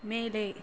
மேலே